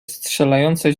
strzelające